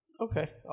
Okay